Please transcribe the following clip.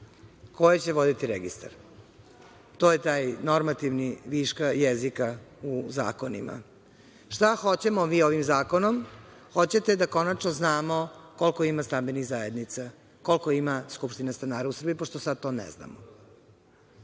koje će voditi registar. To je taj normativni viška jezika u zakonima. Šta hoćemo mi ovim zakonom? Hoćete da konačno znamo koliko ima stambenih zajednica. Koliko ima skupština stanara u Srbiji pošto sad to ne znamo.